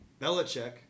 Belichick